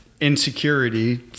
insecurity